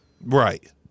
right